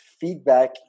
feedback